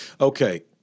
Okay